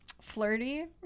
flirty